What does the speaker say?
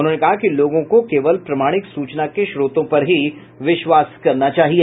उन्होंने कहा कि लोगों को केवल प्रमाणिक सूचना के स्रोतों पर ही विश्वास करना चाहिए